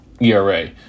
ERA